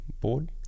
board